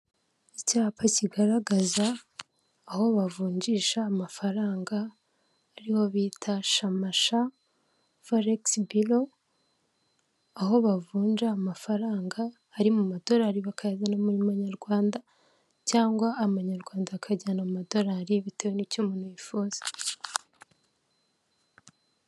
Icyapa kigaragaza aho bavunjisha amafaranga ariho bita shamasha feligisi biro, aho bavunja amafaranga ari mu madolari bakayazana mu manyarwanda cyangwa amanyarwanda bakayajyana mu madolari bitewe n'icyo umuntu yifuza.